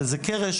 וזה קרש,